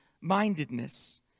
mindedness